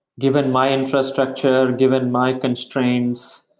given my infrastructure, given my constraints,